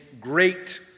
great